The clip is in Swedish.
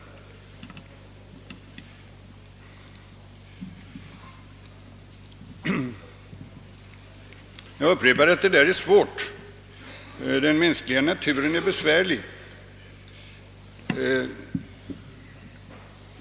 Jag upprepar att detta är svårt. Den mänskliga naturen är invecklad.